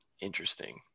Interesting